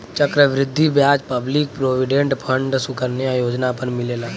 चक्र वृद्धि ब्याज पब्लिक प्रोविडेंट फण्ड सुकन्या योजना पर मिलेला